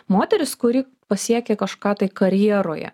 moteris kuri pasiekė kažką tai karjeroje